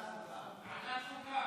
לוועדת חוקה.